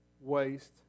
waste